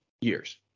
years